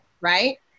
Right